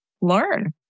learn